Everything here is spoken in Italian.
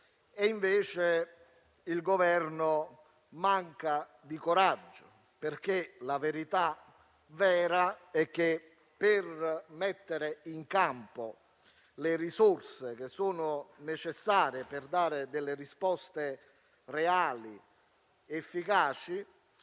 invece il Governo manca di coraggio. La verità vera è che, per mettere in campo le risorse necessarie per dare risposte reali ed efficaci,